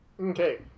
Okay